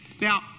Now